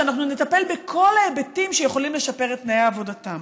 אנחנו נטפל בכל ההיבטים שיכולים לשפר את תנאי עבודתם.